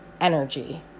energy